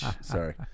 Sorry